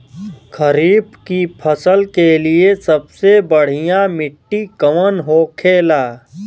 खरीफ की फसल के लिए सबसे बढ़ियां मिट्टी कवन होखेला?